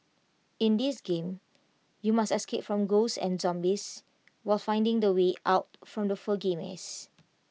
in this game you must escape from ghosts and zombies while finding the way out from the foggy maze